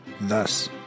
Thus